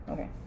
Okay